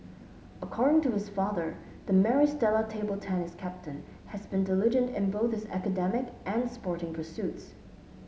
according to his father the Maris Stella table tennis captain has been diligent in both his academic and sporting pursuits